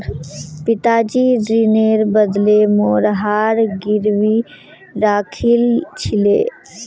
पिताजी ऋनेर बदले मोर हार गिरवी राखिल छिले